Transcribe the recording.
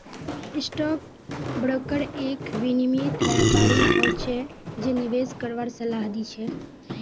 stock broker एक विनियमित व्यापारी हो छै जे निवेश करवार सलाह दी छै